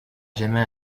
jamais